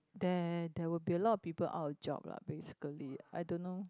there there will be a lot of people out of job lah basically I don't know